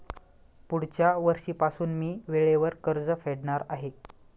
पुढच्या वर्षीपासून मी वेळेवर कर्ज फेडणार आहे